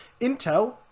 Intel